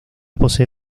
posee